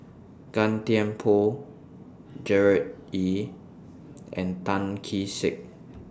Gan Thiam Poh Gerard Ee and Tan Kee Sek